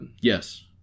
Yes